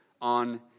on